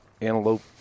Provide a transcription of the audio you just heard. antelope